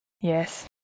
Yes